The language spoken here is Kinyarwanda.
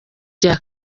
rya